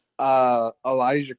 Elijah